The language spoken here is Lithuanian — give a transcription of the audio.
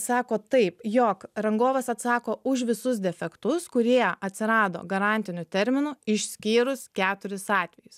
sako taip jog rangovas atsako už visus defektus kurie atsirado garantiniu terminu išskyrus keturis atvejus